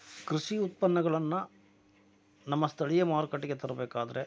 ಕೃಷಿ ಉತ್ಪನ್ನಗಳನ್ನು ನಮ್ಮ ಸ್ಥಳೀಯ ಮಾರುಕಟ್ಟೆಗೆ ತರಬೇಕಾದ್ರೆ